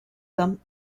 them